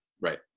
Right